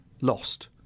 lost